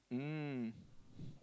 mm